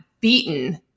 beaten